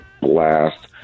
blast